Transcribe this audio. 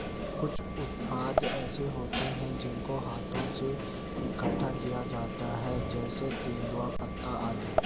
कुछ उत्पाद ऐसे होते हैं जिनको हाथों से इकट्ठा किया जाता है जैसे तेंदूपत्ता आदि